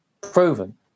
proven